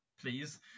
please